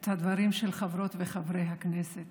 את הדברים של חברות וחברי הכנסת.